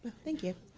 thank you.